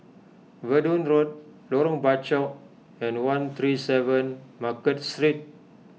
Verdun Road Lorong Bachok and one three seven Market Street